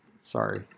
Sorry